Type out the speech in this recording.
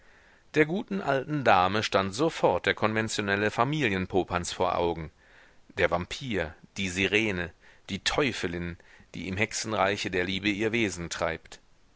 der guten alten dame stand sofort der konventionelle familienpopanz vor augen der vampir die sirene die teufelin die im hexenreiche der liebe ihr wesen treibt